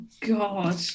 god